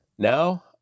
Now